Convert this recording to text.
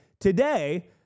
Today